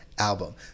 album